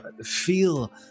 feel